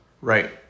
right